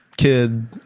Kid